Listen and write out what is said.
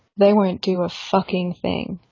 they won't do a fucking thing.